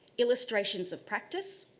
illustrations of practice,